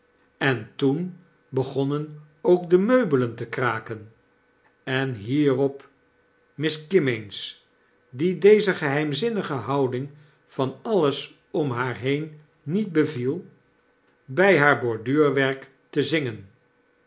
en toen begonnen ook de meubelen te kraken en hierop miss kimmeens die deze geheimzinnige houding van alles om haar heen niet beviel bij haar borduurwerk te zingen